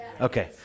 Okay